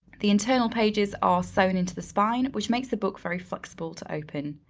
the internal pages are sewn into the spine which makes the book very flexible to open.